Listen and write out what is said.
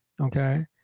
okay